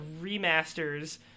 remasters